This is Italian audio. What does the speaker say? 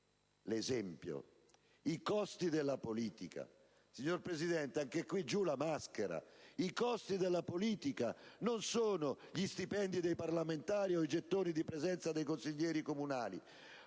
riguarda i costi della politica. Signor Presidente, anche qui, giù la maschera: i costi della politica non sono gli stipendi dei parlamentari o i gettoni di presenza dei consiglieri comunali,